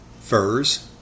furs